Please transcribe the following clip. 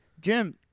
Jim